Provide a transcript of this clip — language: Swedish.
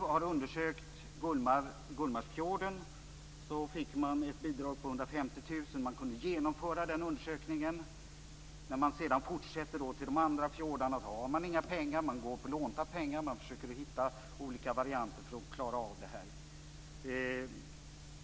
Till undersökningen av Gullmarsfjorden fick man ett bidrag på 150 000. Man kunde genomföra den undersökningen. När man skall fortsätta till de andra fjordarna har man inga pengar. Man går på lånta pengar. Man försöker hitta olika varianter för att klara av det.